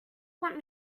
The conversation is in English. want